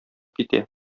китә